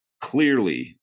clearly